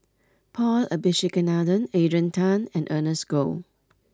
Paul Abisheganaden Adrian Tan and Ernest Goh